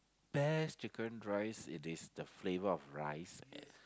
best chicken rice it is the flavour of rice and